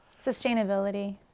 Sustainability